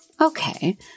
okay